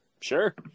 Sure